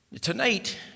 Tonight